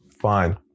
Fine